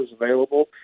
available